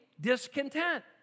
discontent